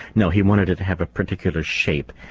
no, he wanted it to have a particular shape.